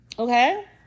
Okay